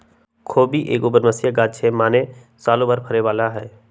खोबि एगो बरमसिया ग़ाछ हइ माने सालो भर फरे बला हइ